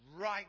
right